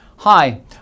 Hi